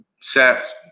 Saps